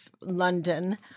London